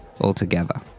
altogether